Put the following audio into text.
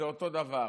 וזה אותו דבר.